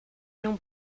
não